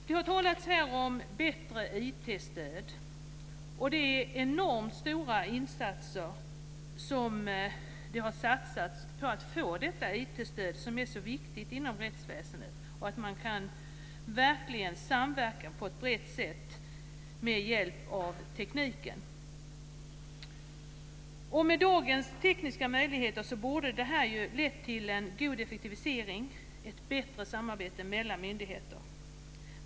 Det har talats om bättre IT-stöd. Det är enormt stora insatser som har gått till att få detta IT-stöd, som är så viktigt inom rättsväsendet för att man verkligen ska kunna samverka på ett brett sätt med hjälp av tekniken. Dagens tekniska möjligheter borde ha lett till en god effektivisering och till bättre samarbete mellan myndigheter.